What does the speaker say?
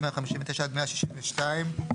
159 עד 162,